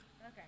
Okay